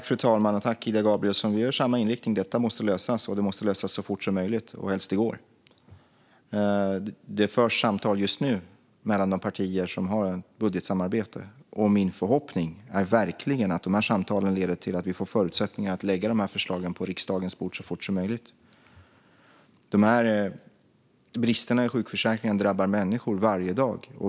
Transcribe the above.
Fru talman! Ida Gabrielsson och jag har samma inriktning, nämligen att situationen måste lösas så fort som möjligt, helst i går. Det förs samtal just nu mellan de partier som har ett budgetsamarbete, och min förhoppning är verkligen att samtalen leder till att det blir förutsättningar att lägga fram förslag på riksdagens bord så fort som möjligt. Bristerna i sjukförsäkringen drabbar människor varje dag.